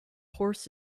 horse